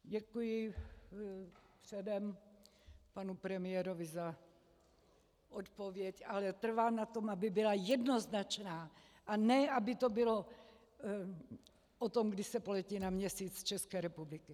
Děkuji předem panu premiérovi za odpověď, ale trvám na tom, aby byla jednoznačné, ne aby to bylo o tom, kdy se poletí na Měsíc z České republiky.